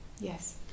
Yes